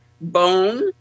bone